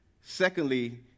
Secondly